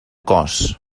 cos